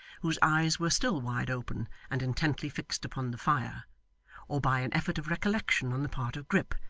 whose eyes were still wide open and intently fixed upon the fire or by an effort of recollection on the part of grip,